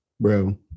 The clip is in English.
Bro